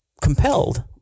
compelled